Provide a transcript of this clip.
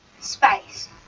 Space